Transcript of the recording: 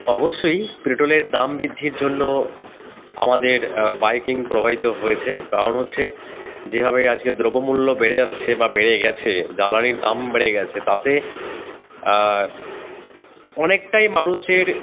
অবশ্যই পেট্রোলের দাম বৃদ্ধির জন্য আমাদের বাইকিং প্রবাহিত হয়েছে কারণ হচ্ছে যেভাবে আজকে দ্রব্যমূল্য বেড়ে যাচ্ছে বা বেড়ে গেছে জ্বালানির দাম বেড়ে গেছে তাতে অনেকটাই মানুষের